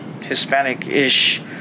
Hispanic-ish